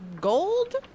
gold